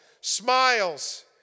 smiles